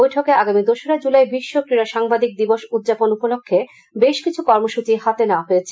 বৈঠকে আগামী দোসরা জুলাই বিশ্ব ক্রীডা সাংবাদিক দিবস উদযাপন উপলক্ষে বেশ কিছু কর্মসূচি হাতে নেওয়া হয়েছে